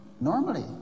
normally